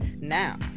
now